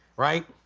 right?